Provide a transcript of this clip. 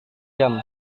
jam